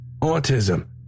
autism